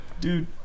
dude